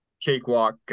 cakewalk